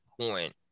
point